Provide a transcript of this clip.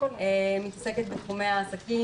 מתעסקת בתחומי העסקים,